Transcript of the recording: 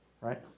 right